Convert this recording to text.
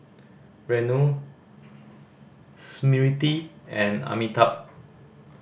Renu Smriti and Amitabh